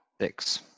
Six